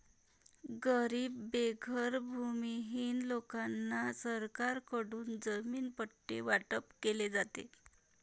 गरीब बेघर भूमिहीन लोकांना सरकारकडून जमीन पट्टे वाटप केले जाते